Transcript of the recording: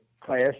Class